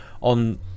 on